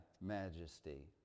majesty